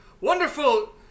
wonderful